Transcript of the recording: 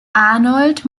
arnold